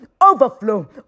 overflow